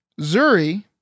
Zuri